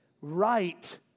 right